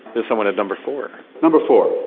there's someone at number four. number four?